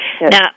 Now